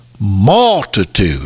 multitude